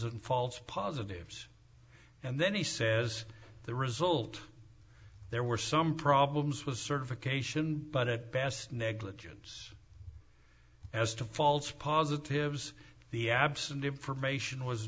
and false positives and then he says the result there were some problems with certification but at best negligence as to false positives the abs